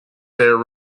their